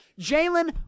Jalen